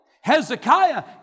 Hezekiah